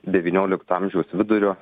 devyniolikto amžiaus vidurio